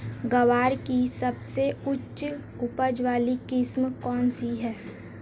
ग्वार की सबसे उच्च उपज वाली किस्म कौनसी है?